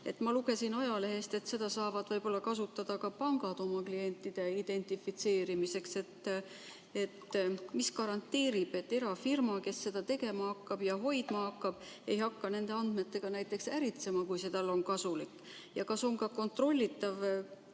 Ma lugesin ajalehest, et seda saavad kasutada ka pangad klientide identifitseerimiseks. Mis garanteerib, et erafirma, kes seda tegema hakkab ja [andmeid] hoidma hakkab, ei hakka nende andmetega näiteks äritsema, kui see on talle kasulik? Kas on ka kontrollitav,